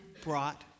brought